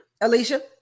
Alicia